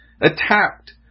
attacked